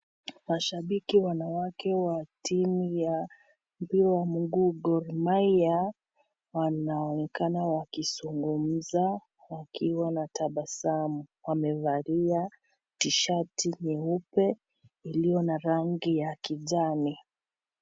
Mashabiki wanawake wa timu ya mpira wa mguu wa Gor Mahia wanaonekana wakizungumza wakiwa na tabasamu, wamevalia tishati nyeupe iliyo na rangi ya kijani.